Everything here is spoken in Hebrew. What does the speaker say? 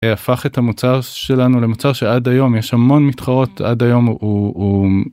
הפך את המוצר שלנו למוצר שעד היום יש המון מתחרות, עד היום הוא.